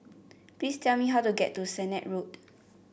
please tell me how to get to Sennett Road